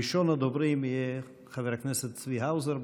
ראשון הדוברים יהיה חבר הכנסת צבי האוזר.